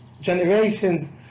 generations